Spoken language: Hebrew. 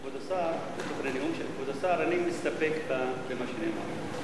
כבוד השר, אני מסתפק במה שנאמר.